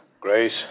Grace